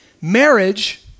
Marriage